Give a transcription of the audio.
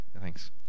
Thanks